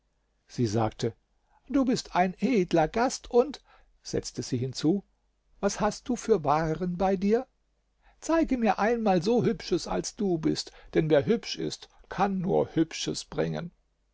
sie sagte du bist ein edler gast und setzte sie hinzu was hast du für waren bei dir zeige mir einmal so hübsches als du bist denn wer hübsch ist kann nur hübsches bringen